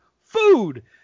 food